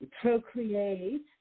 procreate